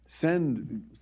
send